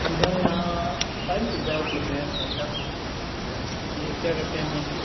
सुविधा यहाँ सारी सुविधा उपलब्ध है भाई साहब ये क्या कहते हैं